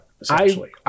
essentially